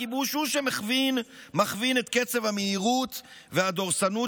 הכיבוש הוא שמכווין את קצב המהירות והדורסנות